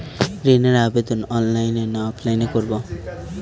ঋণের আবেদন অনলাইন না অফলাইনে করব?